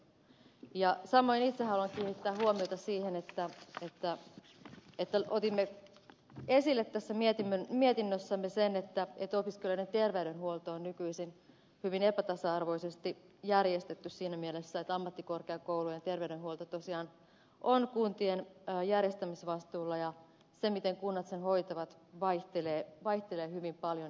samoin itse haluan kiinnittää huomiota siihen että otimme esille tässä mietinnössämme sen että opiskelijoiden terveydenhuolto on nykyisin hyvin epätasa arvoisesti järjestetty siinä mielessä että ammattikorkeakoulujen terveydenhuolto tosiaan on kuntien järjestämisvastuulla ja se miten kunnat sen hoitavat vaihtelee hyvin paljon